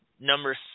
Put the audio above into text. Number